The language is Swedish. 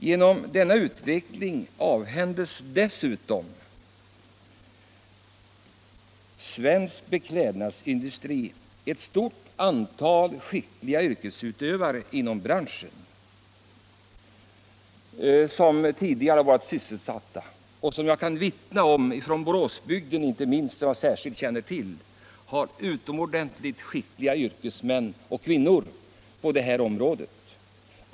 Genom denna utveckling avhändes dessutom svensk beklädnadsindustri ett stort antal skickliga yrkesutövare. Jag kan vittna om att Boråsbygden, som jag särskilt känner till, har utomordentligt skickliga yrkesmän och yrkeskvinnor på det här området.